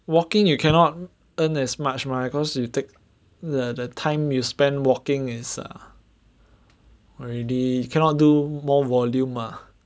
walking you cannot earn as much mah cause you take the time you spend walking is already cannot do more volume mah